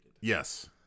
Yes